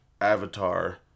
Avatar